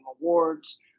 awards